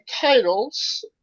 Titles